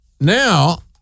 now